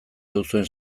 duzuen